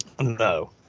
no